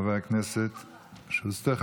חבר הכנסת שוסטר.